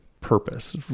purpose